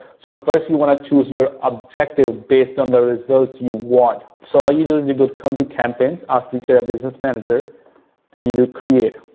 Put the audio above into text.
so, first, you want to choose your objective based on the results you want. so, all you do is you could come to campaigns after you create a business manager and you do create.